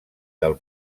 del